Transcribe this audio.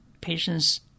patients